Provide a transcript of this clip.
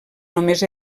només